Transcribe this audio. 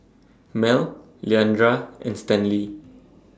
Mel Leandra and Stanley